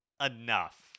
enough